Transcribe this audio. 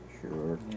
Sure